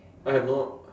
I have no